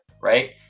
right